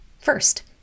First